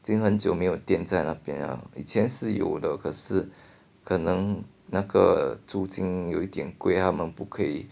已经很久没有店在那边了以前是有的可是可能租金有一点贵他们不可以